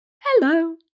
hello